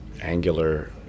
angular